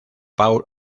paul